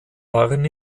waren